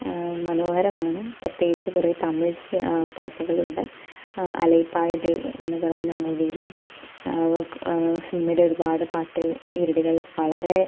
മനോഹരമാണ് പ്രത്യേകിച്ച് കുറേ തമിഴ് പാട്ടുകളുണ്ട് അലൈപായുതേ എന്നു പറയുന്ന മൂവിയിലെ സിനിമയിലെ ഒരുപാട് പാട്ട് ഈരടികൾ വളരെ